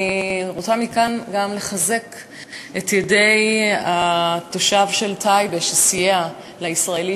אני רוצה מכאן גם לחזק את ידיו של תושב טייבה שסייע לישראלי